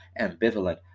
ambivalent